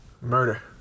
murder